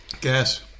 Gas